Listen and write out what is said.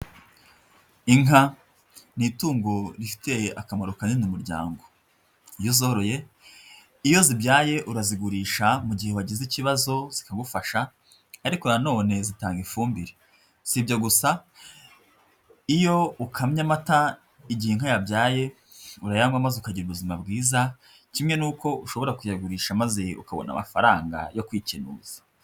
Inka ni itungo rifitiye akamaro kanini umuryango, iyo uzoroye iyo zibyaye urazigurisha mu gihe wagize ikibazo zikagufasha, ariko nanone zitanga ifumbire, sibyo gusa iyo ukamye amata igihe inka yabyaye urayanywa maze ukagira ubuzima bwiza, kimwe n'uko ushobora kuyagurisha maze ukabona amafaranga yo kwikenunza.